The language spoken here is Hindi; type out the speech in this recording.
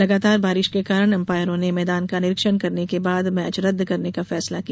लगातार बारिश के कारण एम्पायरों ने मैदान का निरीक्षण करने के बाद मैच रद्द करने का फैसला किया